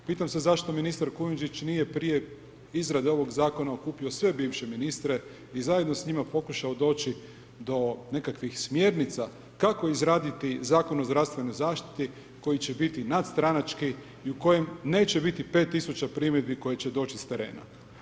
Pitam se zašto ministar Kujundžić nije prije izrade ovog zakona okupio sve bivše ministre i zajedno s njima pokušao doći do nekakvih smjernica kako izraditi Zakon o zdravstvenoj zaštiti koji će biti nadstranački i u kojem neće biti 5000 primjedbi koji će doći s terena.